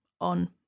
on